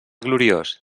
gloriós